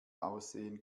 aussehen